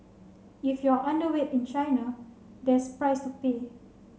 if you are underweight in China there's price to pay